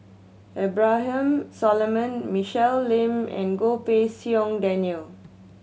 Abraham Solomon Michelle Lim and Goh Pei Siong Daniel